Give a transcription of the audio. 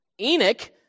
Enoch